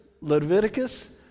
Leviticus